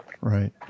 right